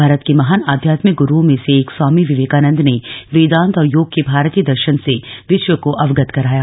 भारत के महान आध्यात्मिक गरुओं में से एक स्वामी विवेकानंद ने वेदांत और योग के भारतीय दर्शन से विश्व को अवगत कराया